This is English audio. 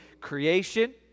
creation